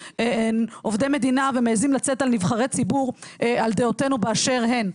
עובדי מדינה ומעזים לצאת על נבחרי ציבור על דעותינו באשר הן.